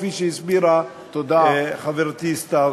כפי שהסבירה חברתי סתיו שפיר.